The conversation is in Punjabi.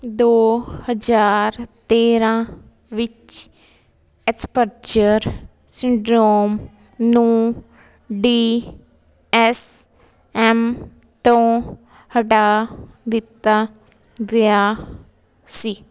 ਦੋ ਹਜ਼ਾਰ ਤੇਰ੍ਹਾਂ ਵਿੱਚ ਐਸਪਰਜਰ ਸਿੰਡਰੋਮ ਨੂੰ ਡੀ ਐੱਸ ਐੱਮ ਤੋਂ ਹਟਾ ਦਿੱਤਾ ਗਿਆ ਸੀ